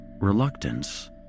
Reluctance